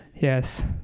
Yes